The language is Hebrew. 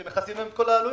כי מכסים להם את כל העלויות.